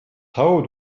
how